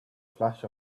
flash